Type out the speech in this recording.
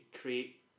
create